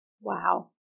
Wow